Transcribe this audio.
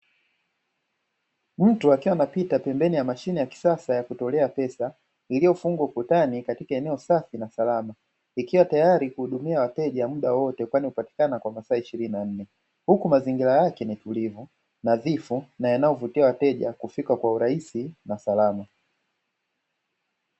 Mtu akiwa anapita pembeni ya mashine ya kisasa ya kutolea pesa iliyofungwa ukutani katika eneo safi na salama, ikiwa tayari kuhudumia wateja muda wote kwani hupatikana kwa masaa ishirini na nne huku mazingira yake ni tulivu, nadhifu na yanayovutia wateja kufika kwa urahisi na salama.